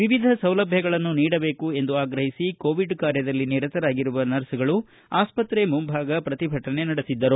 ವಿವಿಧ ಸೌಲಭ್ವಗಳನ್ನು ನೀಡಬೇಕು ಎಂದು ಆಗ್ರಹಿಸಿ ಕೋವಿಡ್ ಕಾರ್ಯದಲ್ಲಿ ನಿರತರಾಗಿರುವ ನರ್ಸ್ಗಳು ಆಸ್ಪತ್ರೆ ಮುಂಭಾಗ ಪ್ರತಿಭಟನೆ ನಡೆಸಿದ್ದರು